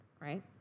right